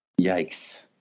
Yikes